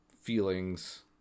feelings